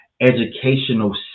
educational